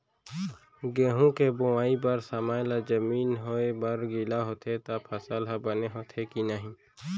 गेहूँ के बोआई बर समय ला जमीन होये बर गिला होथे त फसल ह बने होथे की नही?